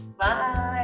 Bye